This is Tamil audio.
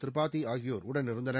திரிபாதிஆகியோர் உடனிருந்தனர்